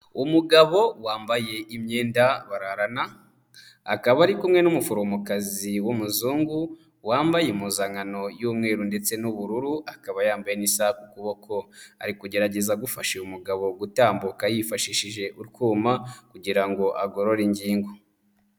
Umugabo wambaye imyenda bararana akaba ari kumwe n'umuforomokazi w'umuzungu, wambaye impuzankano y'umweru ndetse n'ubururu akaba yambaye n'isaha ku kuboko, ari kugerageza gufasha uyu mugabo gutambuka yifashishije utwuma kugira ngo agorore ingingo.